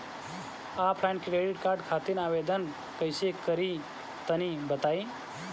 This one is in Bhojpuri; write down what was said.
ऑफलाइन क्रेडिट कार्ड खातिर आवेदन कइसे करि तनि बताई?